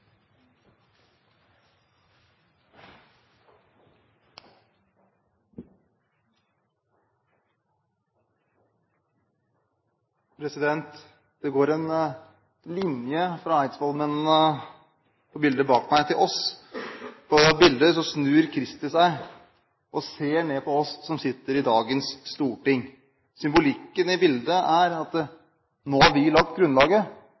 omme. Det går en linje fra eidsvollsmennene på bildet bak meg til oss. På bildet snur Christie seg og ser ned på oss som sitter i dagens storting. Symbolikken i bildet er: Nå har vi lagt grunnlaget,